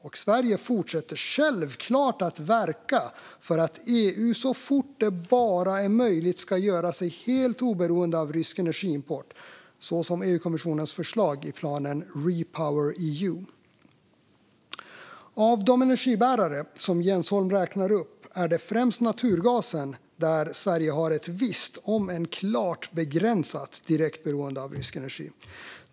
Och Sverige fortsätter självklart att verka för att EU så fort det bara är möjligt ska göra sig helt oberoende av rysk energiimport, som EU-kommissionen föreslagit i planen REPowerEU. Av de energibärare som Jens Holm räknar upp är det främst när det gäller naturgasen som Sverige har ett visst, om än klart begränsat, direkt beroende av rysk energi.